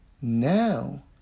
now